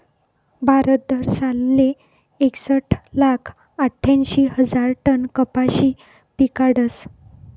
भारत दरसालले एकसट लाख आठ्यांशी हजार टन कपाशी पिकाडस